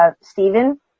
Stephen